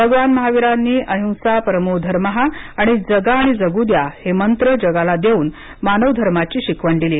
भगवान महावीरांनी अहिंसा परमो धर्मः आणि जगा आणि जगू द्या हे मंत्र जगाला देऊन मानवधर्माची शिकवण दिली